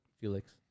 Felix